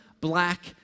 black